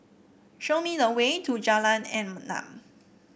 show me the way to Jalan Enam